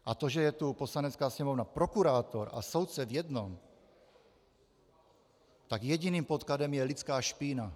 A to, že je tu Poslanecká sněmovna prokurátor a soudce v jednom, tak jediným podkladem je lidská špína.